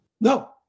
No